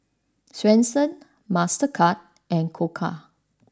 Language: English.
Swensens Mastercard and Koka